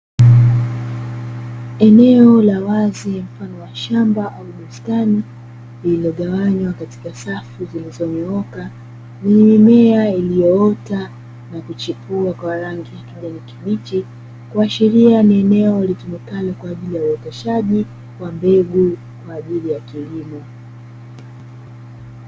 Eneo la wazi mfano wa shamba au bustani lililogawanywa katika safu zilizonyooka ni mimea iliyoota na kuchipua kwa rangi ya kijani kibichi, kuashiria ni eneo litumikalo kwa ajili ya uoteshaji wa mbegu kwa ajili ya kilimo.